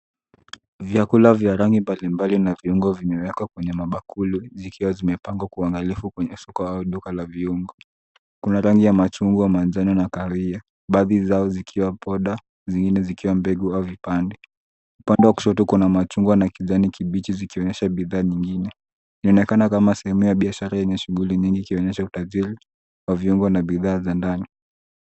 Vyakula vya rangi mbalimbali na viungo vimewekwa kwenye mabakuli, zikiwa zimepangwa kwa uangalifu kwenye duka la viungo. Kuna rangi ya machungwa, manjano na kahawia, baadhi zao zikiwa poda, zingine zikiwa mbegu au vipande. Upande wa kushoto kuna machungwa na kijani kibichi zikionyesha bidhaa nyingine. Inaonekana kama sehemu ya biashara yenye shughuli nyingi, ikionyesha utajiri wa viungo na bidhaa za ndani.